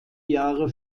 jahre